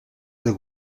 the